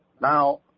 Now